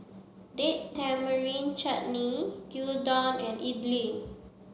date Tamarind Chutney Gyudon and Idili